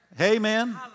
Amen